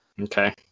Okay